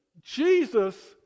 Jesus